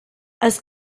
als